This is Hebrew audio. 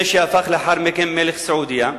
זה שהפך לאחר מכן מלך סעודיה,